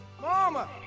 Mama